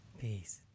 Peace